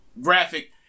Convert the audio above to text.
graphic